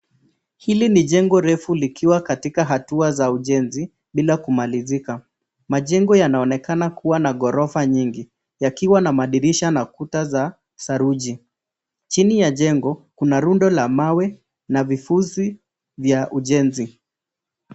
Hili ni jengo refu likiwa katika hatua za ujenzi bila kumalizika. Majengo yanaonekana kuwa na ghorofa nyingi, yakiwa na madirisha na kuta za saruji. Chini ya jengo, kuna rundo la mawe na vifusi vya ujenzi.